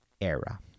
era